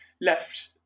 left